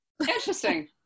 interesting